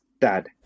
dad